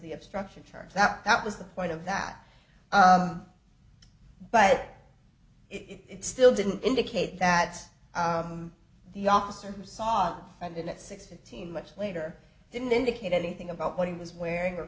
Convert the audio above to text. the obstruction charge that that was the point of that but it still didn't indicate that the officer who saw it and then at six fifteen much later didn't indicate anything about what he was wearing or